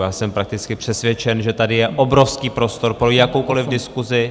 Já jsem prakticky přesvědčen, že tady je obrovský prostor pro jakoukoliv diskusi.